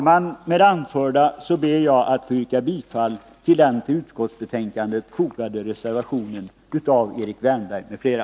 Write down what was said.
Med det anförda ber jag att få yrka bifall till den till utskottsbetänkandet fogade reservationen av Erik Wärnberg m.fl.